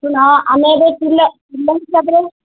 ହଁ ଆମେ ଏବେ କିଲୋ କିଲୋ ହିସାବରେ